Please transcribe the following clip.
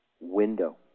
window